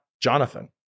Jonathan